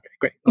great